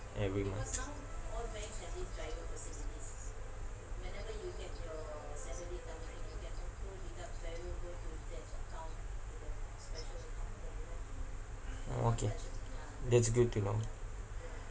every month orh okay that's good to know